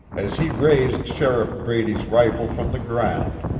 as he raised sheriff brady's rifle from the ground,